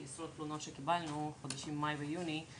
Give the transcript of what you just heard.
כי עשרות תלונות שקיבלנו בחודשים מאי ויוני,